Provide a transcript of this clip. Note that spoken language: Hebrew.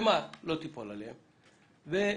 עליהם ושוב,